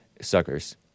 suckers